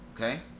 Okay